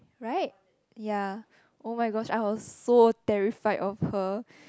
right ya oh my gosh I was so terrified of her